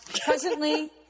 presently